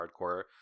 hardcore